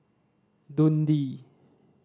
Dundee